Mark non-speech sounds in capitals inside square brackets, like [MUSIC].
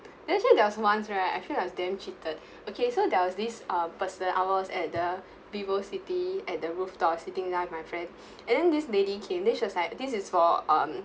actually there was once right I feel like I was damn cheated okay so there was this uh person I was at the vivocity at the rooftop sitting down with my friends [BREATH] and then this lady came then she was like this is for um